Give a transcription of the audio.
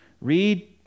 Read